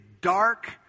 dark